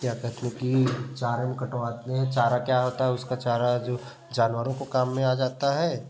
क्या कहते कि चारे में कटवाते हैं चारा क्या होता है उसका चारा जो जानवरों को काम में आ जाता है